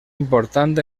important